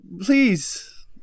please